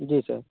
जी sir